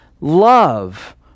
love